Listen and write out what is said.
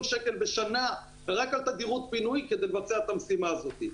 שקלים בשנה רק על תדירות פינוי כדי לבצע את המשימה הזאת.